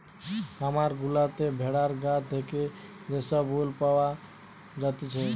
খামার গুলাতে ভেড়ার গা থেকে যে সব উল পাওয়া জাতিছে